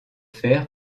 fer